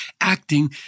acting